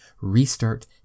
restart